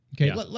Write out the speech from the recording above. Okay